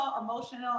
emotional